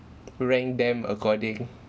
rank them according